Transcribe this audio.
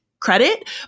credit